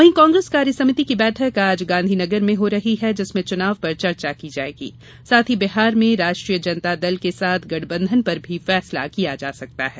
वहीं कांग्रेस कार्यसमिति की बैठक आज गांधीनगर में हो रही रही है जिसमें चुनाव पर चर्चा की जाएगी साथ ही बिहार में राष्ट्रीय जनता दल के साथ गठबंधन पर भी फैसला किया जा सकता है